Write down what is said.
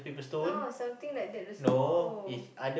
no something like that also